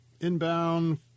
inbound